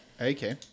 Okay